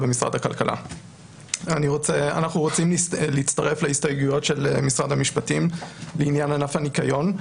אנחנו רוצים להצטרף להסתייגויות של משרד המשפטים לעניין ענף הניקיון.